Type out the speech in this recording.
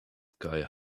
sky